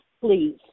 please